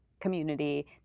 community